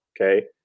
Okay